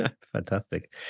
Fantastic